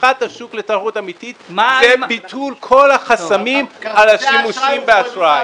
פתיחת השוק לתחרות אמתית זה ביטול כל החסמים על השימושים באשראי.